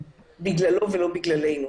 בגללו ולא בגללנו.